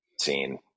scene